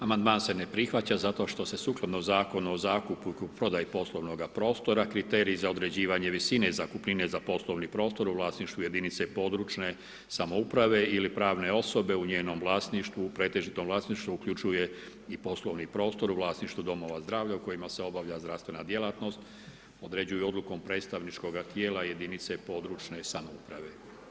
Amandman se ne prihvaća zato što se sukladno Zakonu o zakupu i kupoprodaji poslovnoga prostora kriteriji za određivanje visine i zakupnine za poslovni prostor u vlasništvu jedinice područne samouprave ili pravne osobe u njenom vlasništvu, pretežitom vlasništvu uključuje i poslovni prostor u vlasništvu domova zdravlja u kojima se obavlja zdravstvena djelatnost, određuju i odlukom predstavničkoga tijela jedinice područne samouprave.